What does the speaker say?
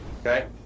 Okay